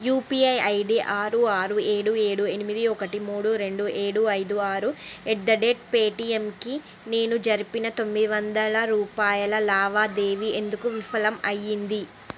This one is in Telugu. యుపిఐ ఐడి ఆరు ఆరు ఏడు ఏడు ఎనిమిది ఒకటి మూడు రెండు ఏడు ఐదు ఆరు ఎట్ ది డేట్ పేటీఎంకి నేను జరిపిన తొమ్మిది వందల రూపాయల లావాదేవీ ఎందుకు విఫలం అయ్యింది